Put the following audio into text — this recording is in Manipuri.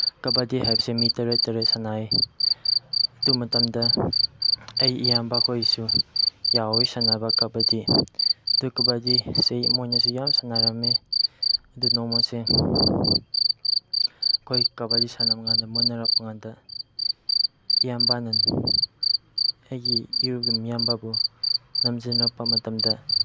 ꯀꯕꯥꯗꯤ ꯍꯥꯏꯕꯁꯦ ꯃꯤ ꯇꯔꯦꯠ ꯇꯔꯦꯠ ꯁꯥꯟꯅꯩ ꯑꯗꯨ ꯃꯇꯝꯗ ꯑꯩ ꯏꯌꯥꯝꯕ ꯈꯣꯏꯁꯨ ꯌꯥꯎꯋꯤ ꯁꯥꯟꯅꯕ ꯀꯕꯥꯗꯤ ꯑꯗꯨ ꯀꯕꯥꯗꯤꯁꯤ ꯃꯣꯏꯅꯁꯨ ꯌꯥꯝ ꯁꯥꯟꯅꯔꯝꯃꯦ ꯑꯗꯨ ꯅꯣꯡꯃꯁꯦ ꯑꯩꯈꯣꯏ ꯀꯕꯥꯗꯤ ꯁꯥꯟꯅꯕ ꯀꯥꯟꯗ ꯃꯨꯟꯅꯔꯛꯄ ꯀꯥꯟꯗ ꯏꯌꯥꯝꯕꯅ ꯑꯩꯒꯤ ꯏꯔꯨꯞꯀꯤ ꯏꯌꯥꯝꯕꯕꯨ ꯅꯝꯖꯤꯜꯂꯛꯄ ꯃꯇꯝꯗ